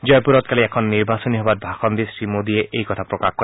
জয়পুৰত কালি অনুষ্ঠিত নিৰ্বাচনী সভাত ভাষণ দি শ্ৰীমোডীয়ে এই কথা প্ৰকাশ কৰে